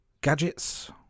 Gadgets